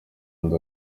kandi